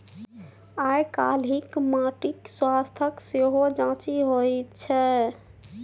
आयकाल्हि माटिक स्वास्थ्यक सेहो जांचि होइत छै